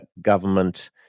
government